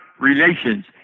relations